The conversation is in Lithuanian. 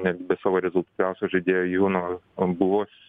net savo rezultatyviausio žaidėjo juno ambulos